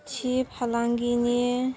थि फालांगिनि